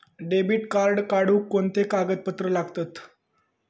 Debit card काढुक कोणते कागदपत्र लागतत?